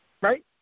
Right